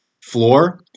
floor